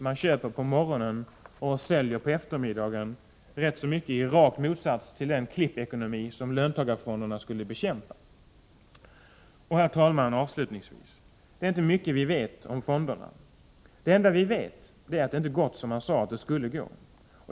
Man köper på morgonen och säljer på eftermiddagen, i rak motsats till den klippekonomi som löntagarfonderna skulle bekämpa. Herr talman! Avslutningsvis: Det är inte mycket vi vet om fonderna. Det enda vi vet är att det inte har gått som man sade att det skulle gå.